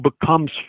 becomes